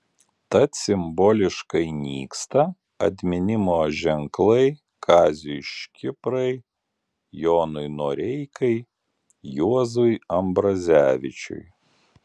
tad simboliškai nyksta atminimo ženklai kaziui škirpai jonui noreikai juozui ambrazevičiui